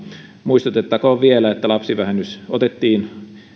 muistutettakoon vielä että lapsivähennys otettiin